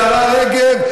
השרה רגב.